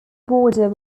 border